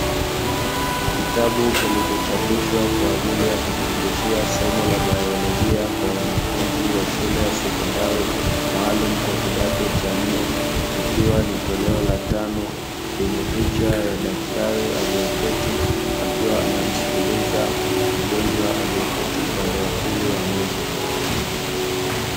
Kitabu kilichochapishwa kwa ajili ya kufundishia somo la biolojia kwa wanafunzi wa shule ya sekondari, maalumu kwa kidato cha nne, kikiwa ni toleo la tano, lenye picha ya daktari aliyeketi, akiwa anamsikiliza mgonjwa aliyeketi upande wa pili wa meza.